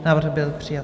Návrh byl přijat.